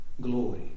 glory